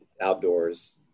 outdoors